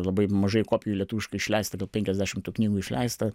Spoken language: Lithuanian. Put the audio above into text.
labai mažai kopijų lietuviškai išleista apie penkiasdešim tų knygų išleista